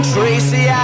Tracy